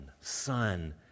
son